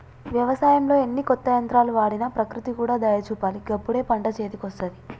వ్యవసాయంలో ఎన్ని కొత్త యంత్రాలు వాడినా ప్రకృతి కూడా దయ చూపాలి గప్పుడే పంట చేతికొస్తది